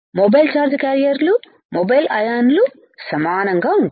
mobile charge క్యారియర్లు mobile అయాన్లు సమానంగా ఉంటాయి